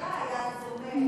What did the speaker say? היה אז דומה.